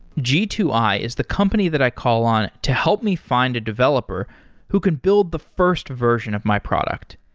g two i is the company that i call on to help me find a developer who can build the first version of my product.